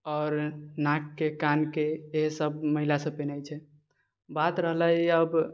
आओर नाकके कानके जे सब महिलासब पिन्है छै बात रहलै आब